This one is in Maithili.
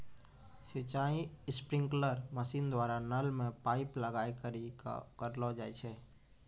सिंचाई स्प्रिंकलर मसीन द्वारा नल मे पाइप लगाय करि क करलो जाय छै